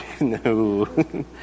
No